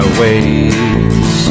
ways